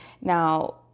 Now